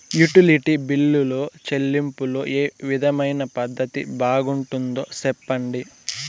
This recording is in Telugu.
యుటిలిటీ బిల్లులో చెల్లింపులో ఏ విధమైన పద్దతి బాగుంటుందో సెప్పండి?